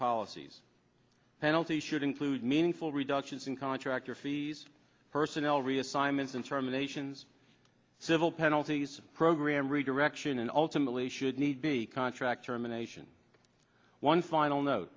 policies penalty should include meaningful reductions in contractor fees personnel reassignments and terminations civil penalties program redirection and ultimately should need be contractor emanation one final no